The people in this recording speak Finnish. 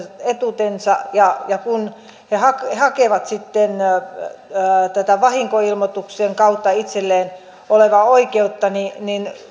etuutensa kun he hakevat vahinkoilmoituksen kautta tätä itsellään olevaa oikeutta niin